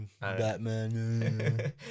Batman